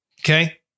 Okay